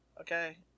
okay